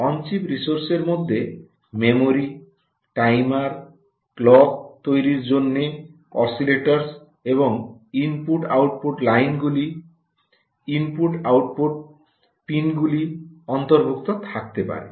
on chip রিসোর্সের মধ্যে memory timer clock তৈরির জন্য অসিলেটরস এবং ইনপুট আউটপুট লাইনগুলি ইনপুট আউটপুট পিনগুলি অন্তর্ভুক্ত থাকতে পারে